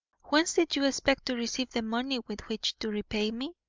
whence did you expect to receive the money with which to repay me?